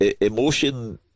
emotion